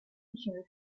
ensure